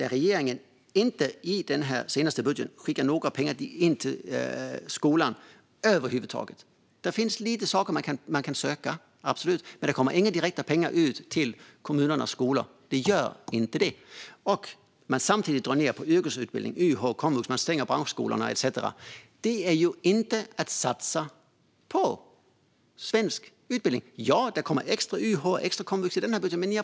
Regeringen skickar inte några extra pengar till skolan över huvud taget i den senaste budgeten. Det finns absolut lite saker man kan söka, men det kommer inte några direkta pengar till kommunernas skolor. Det gör det inte. Samtidigt drar man ned på yrkesutbildning, YH och komvux, och man stänger branschskolorna etcetera. Det är inte att satsa på svensk utbildning. Ja, det kommer extra till YH och till komvux i den här budgeten.